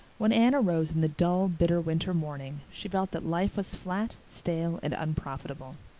when anne arose in the dull, bitter winter morning she felt that life was flat, stale, and unprofitable.